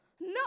No